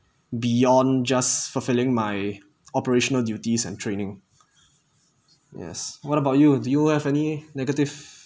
beyond just fulfilling my operational duties and training yes what about you do you have any negative